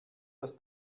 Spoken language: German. das